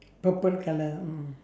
purple colour